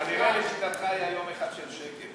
כנראה לשיטתך היה יום אחד של שקט.